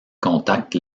contacte